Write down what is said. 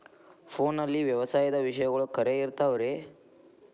ಫೋನಲ್ಲಿ ವ್ಯವಸಾಯದ ವಿಷಯಗಳು ಖರೇ ಇರತಾವ್ ರೇ?